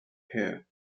here